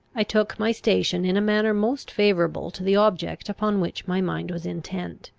i took my station in a manner most favourable to the object upon which my mind was intent.